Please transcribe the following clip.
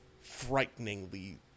frighteningly